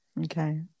Okay